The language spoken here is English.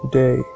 day